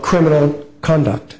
criminal conduct